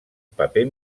paper